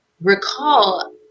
recall